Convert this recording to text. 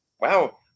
wow